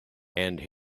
and